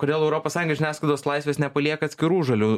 kodėl europos sąjungai žiniasklaidos laisvės nepalieka atskirų žalių